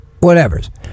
whatevers